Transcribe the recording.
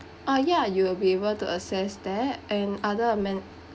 ah ya you'll be able to access that and other amen~